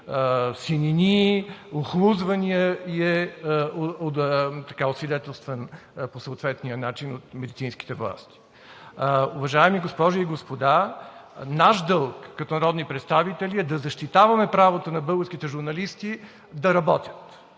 синини, охлузвания и е освидетелстван по съответния начин от медицинските власти. Уважаеми госпожи и господа, наш дълг като народни представители е да защитаваме правото на българските журналисти да работят,